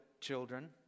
children